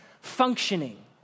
functioning